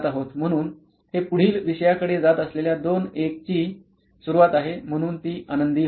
म्हणूनच हे पुढील विषयांकडे जात असलेल्या 2 ची सुरूवात आहे म्हणून ती आनंदी होईल